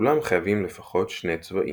כולם חייבים לפחות שני צבעים.